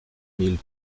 mille